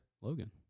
Logan